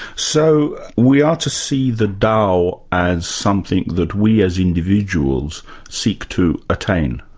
so we are to see the dao as something that we as individuals seek to attain?